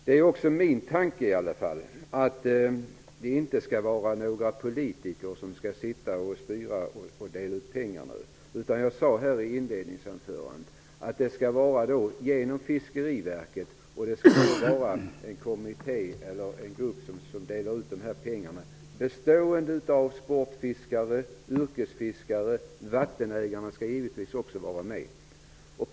Det är vidare i varje fall min tanke att det inte skall vara politiker som skall dela ut dessa pengar. Som jag sade i mitt inledningsanförande skall det ske genom Fiskeriverket, och den kommitté som skall dela ut de här pengarna skall bestå av sportfiskare, yrkesfiskare och vattenägare.